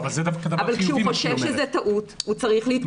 אבל אם הוא חושב שזה טעות הוא צריך להתקשר ולהוציא את עצמו.